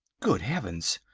good heavens!